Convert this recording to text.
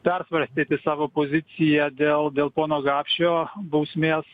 persvarstyti savo poziciją dėl dėl pono gapšio bausmės